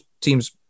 teams